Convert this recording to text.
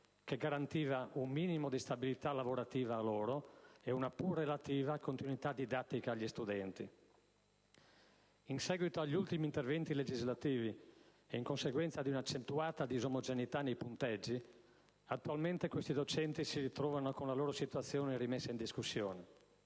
che garantiva un minimo di stabilità lavorativa a loro e una pur relativa continuità didattica agli studenti. In seguito agli ultimi interventi legislativi, e in conseguenza di un'accentuata disomogeneità nei punteggi, attualmente questi docenti si ritrovano con la loro situazione rimessa in discussione.